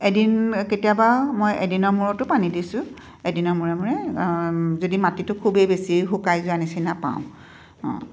এদিন কেতিয়াবা মই এদিনৰ মূৰতো পানী দিছোঁ এদিনৰ মূৰে মূৰে যদি মাটিটো খুবেই বেছি শুকাই যোৱা নিচিনা পাওঁ